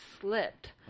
slipped